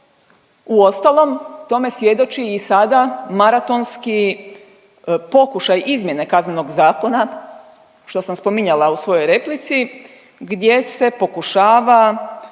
uostalom tome svjedoči i sada maratonski pokušaj izmjene Kaznenog zakona što sam spominjala u svojoj replici gdje se pokušava